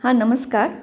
हां नमस्कार